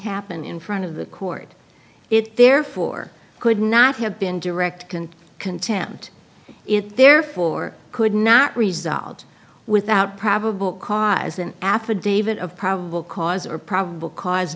happen in front of the court it therefore could not have been direct can contend it therefore could not resolved without probable cause an affidavit of probable cause or probable cause